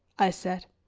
i said.